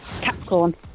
Capricorn